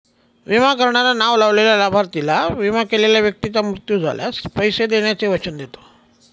विमा करणारा नाव लावलेल्या लाभार्थीला, विमा केलेल्या व्यक्तीचा मृत्यू झाल्यास, पैसे देण्याचे वचन देतो